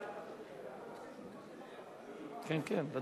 קריאה